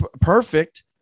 perfect